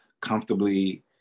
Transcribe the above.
comfortably